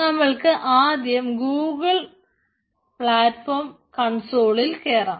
നമ്മൾക്ക് ആദ്യം Google platform കൺസോളിൽ കേറാം